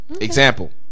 Example